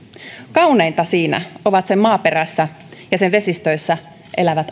kauneinta siinä ovat sen maaperässä ja sen vesistöissä elävät